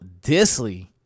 Disley